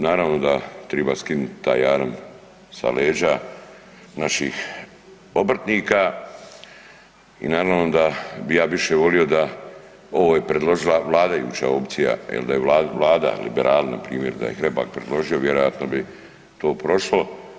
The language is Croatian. Naravno da triba skinuti taj jaram sa leđa naših obrtnika i naravno da bi ja više volio da ovo je predložila vladajuća opcija ili da je Vlada, liberali npr. da je Hrebak predložio vjerojatno bi to prošlo.